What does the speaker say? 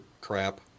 crap